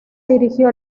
dirigió